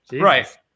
Right